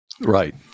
right